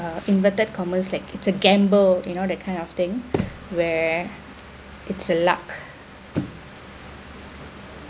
uh inverted common sense it's a gamble you know that kind of thing where it's a luck